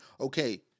Okay